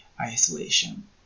isolation